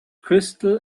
crystal